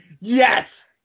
Yes